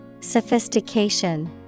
Sophistication